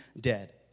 dead